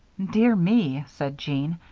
dear me, said jean,